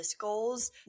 goals